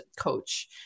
coach